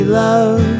love